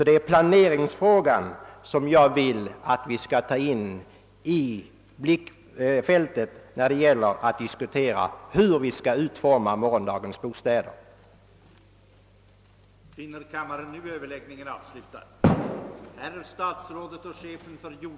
Det är alltså planeringsfrågan som jag vill att vi skall ha med i blickfältet när vi diskuterar hur vi skall utforma morgondagens bostäder.